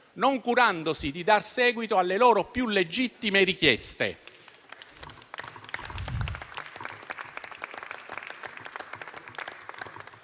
non curandosi di dar seguito alle loro più legittime richieste.